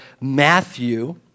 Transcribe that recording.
Matthew